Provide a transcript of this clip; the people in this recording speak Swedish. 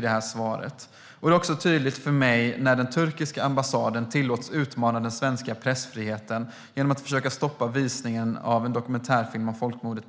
Det blir också tydligt för mig när den turkiska ambassaden tillåts utmana den svenska pressfriheten genom att försöka stoppa TV4:s visning av en dokumentärfilm om folkmordet